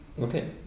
Okay